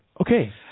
Okay